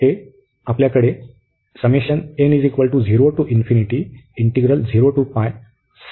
तर हे 2 ने बदलले आहे